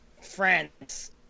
France